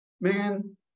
man